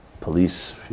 police